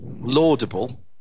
laudable